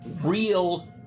real